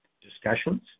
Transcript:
discussions